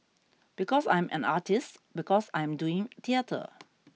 because I am an artist because I am doing theatre